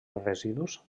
residus